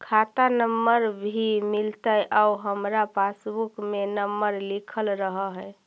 खाता नंबर भी मिलतै आउ हमरा पासबुक में नंबर लिखल रह है?